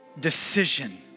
decision